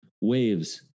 waves